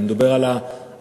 אני מדבר על האיתור,